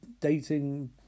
dating